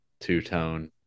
two-tone